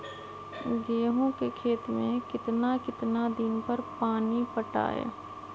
गेंहू के खेत मे कितना कितना दिन पर पानी पटाये?